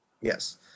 Yes